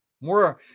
more